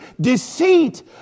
deceit